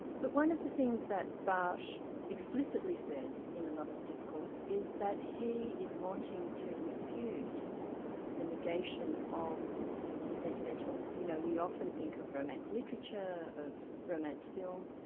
but one of the things that barthes explicitly says in a lover's discourse is that he is wanting to refute the negation of the sentimental. you know, we often think of romance literature, of romance film,